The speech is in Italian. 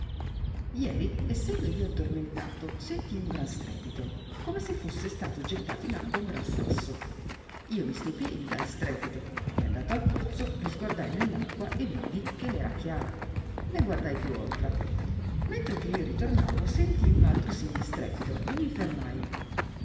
ieri essendo io addormentalo sentii un gran strepito come se fusse stato gettato in acqua un gran sasso io mi stupii di tal strepito e andato al pozzo risguardai nell'acqua e viddi che l'era chiara né guardai più oltra mentre che io ritornavo sentii un altro simil strepito e mi fermai